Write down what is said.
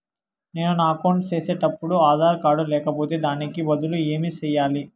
నేను నా అకౌంట్ సేసేటప్పుడు ఆధార్ కార్డు లేకపోతే దానికి బదులు ఏమి సెయ్యాలి?